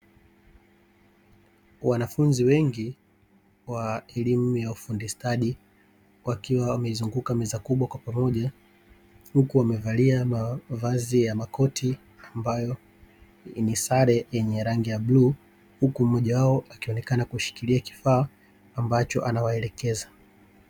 Wanafunzi wengi wa elimu ya ufundi stadi, wakiwa wameizunguka meza kubwa kwa pamoja huku wamevalia mavazi ya makoti, ambayo ni sare yenye rangi ya bluu, huku mmojawao akionekana kushikilia kifaa ambacho anawaelekeza.